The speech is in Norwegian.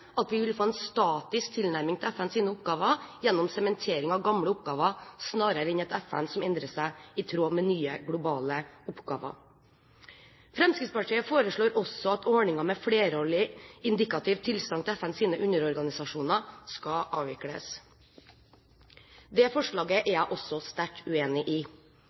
at vi vil få en statisk tilnærming til FNs oppgaver gjennom sementering av gamle oppgaver snarere enn et FN som endrer seg i tråd med nye globale oppgaver. Fremskrittspartiet foreslår også at ordningen med flerårig indikativt tilsagn til FNs underorganisasjoner skal avvikles. Det forslaget er jeg også sterkt uenig i. Flerårige tilsagn bidrar til større forutsigbarhet for organisasjonene og gjør dem i